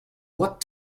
what